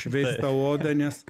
šveist tą odą nes